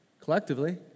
collectively